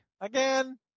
again